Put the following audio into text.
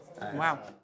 Wow